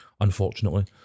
unfortunately